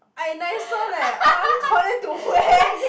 I nicer leh I only call them to wear